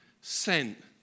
sent